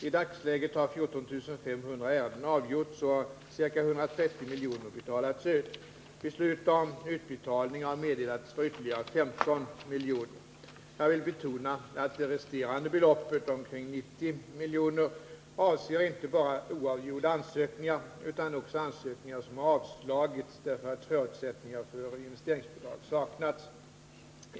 I dagsläget har 14 500 ärenden avgjorts och ca 130 milj.kr. betalats ut. Beslut om utbetalning har meddelats Jag vill betona att det resterande beloppet, omkring 90 milj.kr., inte bara avser oavgjorda ansökningar utan också ansökningar som avslagits därför att förutsättningar för investeringsbidrag saknats.